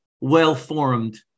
well-formed